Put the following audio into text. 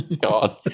god